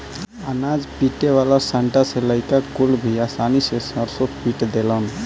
अनाज पीटे वाला सांटा से लईका कुल भी आसानी से सरसों पीट देलन